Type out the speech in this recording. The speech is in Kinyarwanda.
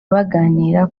baganira